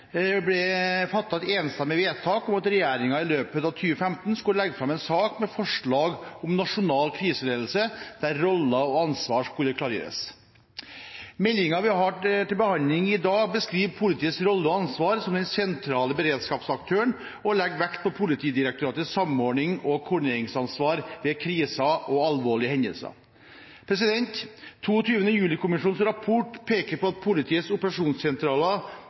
ble fattet et enstemmig vedtak om at regjeringen i løpet av 2015 skulle legge fram en sak med forslag om nasjonal kriseledelse der roller og ansvar skulle klargjøres. Meldingen vi har til behandling i dag, beskriver politiets rolle og ansvar som den sentrale beredskapsaktøren og legger vekt på Politidirektoratets samordnings- og koordineringsansvar ved kriser og alvorlige hendelser. 22. juli-kommisjonens rapport peker på at politiets operasjonssentraler